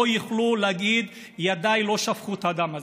יוכלו להגיד: ידיי לא שפכו את הדם הזה,